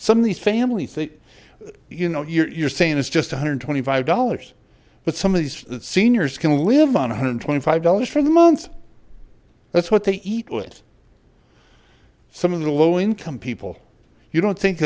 some of these families they you know you're saying it's just one hundred and twenty five dollars but some of these seniors can live on one hundred and twenty five dollars for the month that's what they eat with some of the low income people you don't think